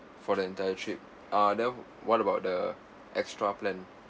for the entire trip ah then what about the extra plan